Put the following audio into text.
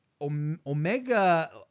Omega